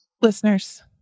Listeners